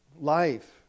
life